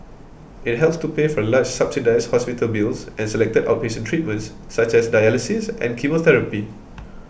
it helps to pay for large subsidised hospital bills and selected outpatient treatments such as dialysis and chemotherapy